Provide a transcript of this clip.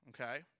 okay